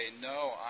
No